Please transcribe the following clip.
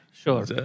Sure